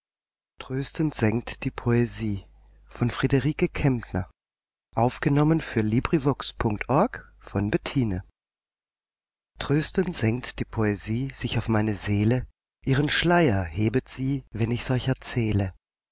tröstend senkt die poesie sich auf meine seele ihren schleier hebet sie wenn ich's euch erzähle